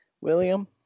William